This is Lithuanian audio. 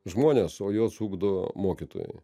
žmones o juos ugdo mokytojai